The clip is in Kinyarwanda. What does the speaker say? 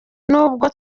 n’ubwo